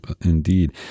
indeed